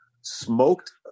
smoked